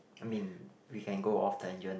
I mean we can go off tangent